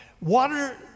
Water